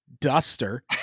Duster